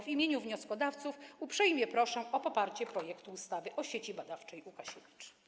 W imieniu wnioskodawców uprzejmie proszę o poparcie projektu ustawy o Sieci Badawczej Łukasiewicz.